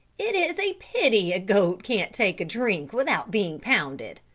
it is a pity a goat can't take a drink without being pounded,